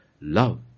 Love